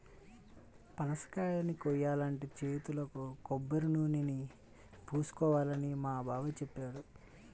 పనసకాయని కోయాలంటే చేతులకు కొబ్బరినూనెని పూసుకోవాలని మా బాబాయ్ చెప్పాడు